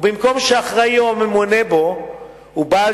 ובמקום שהאחראי או הממונה בו הוא בעל